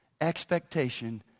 expectation